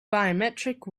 biometric